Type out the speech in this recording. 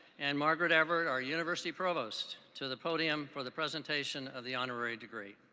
and margaret everett, our university provost, to the podium for the presentation of the honorary degree.